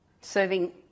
serving